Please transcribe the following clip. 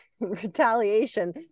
retaliation